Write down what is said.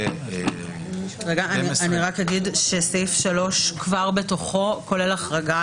רגע, אני רק אגיד שסעיף 3 כולל בתוכו החרגה